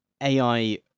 ai